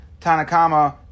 Tanakama